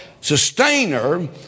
sustainer